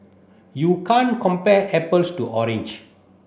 you can't compare apples to orange